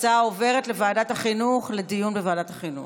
ההצעה עוברת לדיון בוועדת החינוך.